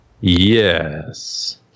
Yes